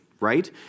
right